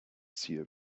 ziel